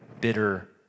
bitter